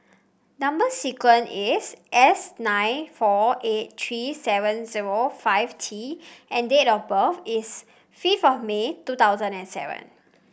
number sequence is S nine four eight three seven zero five T and date of birth is fifth of May two thousand and seven